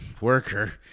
worker